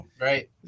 right